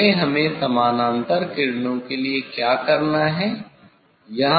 पहले हमें समानांतर किरणों के लिए क्या करना है